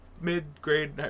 mid-grade